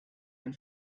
ein